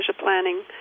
planning